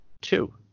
two